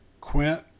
Quint